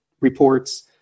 reports